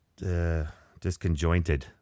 disconjointed